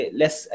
less